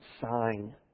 sign